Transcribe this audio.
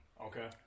Okay